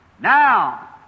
Now